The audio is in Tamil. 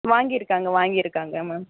வாங்கிருக்காங்க வாங்கிருக்காங்க மேம்